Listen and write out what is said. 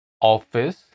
office